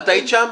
את היית שם?